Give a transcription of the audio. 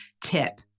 tip